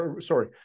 sorry